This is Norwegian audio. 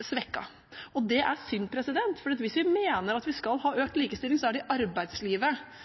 svekket, og det er synd. Hvis vi mener at vi skal ha økt likestilling, er det arbeidslivet som er arenaen for å jobbe. Når vi svekker et av de